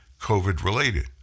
COVID-related